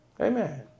Amen